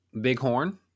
bighorn